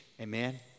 Amen